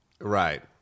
Right